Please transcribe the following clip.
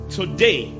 today